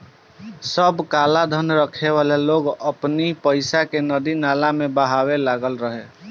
सब कालाधन रखे वाला लोग अपनी पईसा के नदी नाला में बहावे लागल रहे